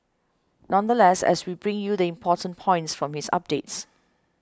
nonetheless as we bring you the important points from his updates